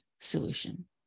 solution